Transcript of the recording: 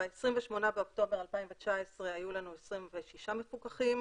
ב-28 באוקטובר 2019 היו לנו 26 מפוקחים